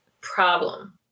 problem